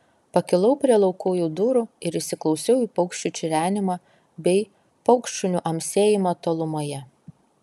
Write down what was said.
pakilau prie laukujų durų ir įsiklausiau į paukščių čirenimą bei paukštšunių amsėjimą tolumoje